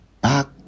back